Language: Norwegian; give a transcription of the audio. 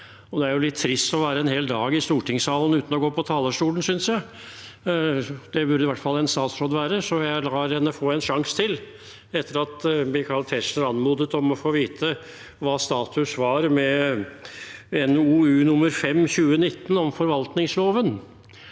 Det er litt trist å være en hel dag i stortingssalen uten å gå på talerstolen, synes jeg. Det burde i hvert fall en statsråd gjøre, så jeg lar henne få en sjanse til etter at Michael Tetzschner anmodet om å få vite hva status var for NOU 2019:5, om forvaltningsloven.